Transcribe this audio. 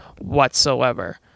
whatsoever